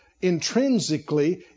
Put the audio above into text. intrinsically